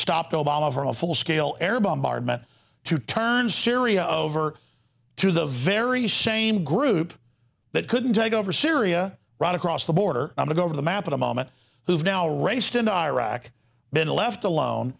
stopped obama for a full scale air bombardment to turn syria over to the very same group that couldn't take over syria right across the border i'm going over the map in a moment who's now raced in iraq been left alone